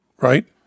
right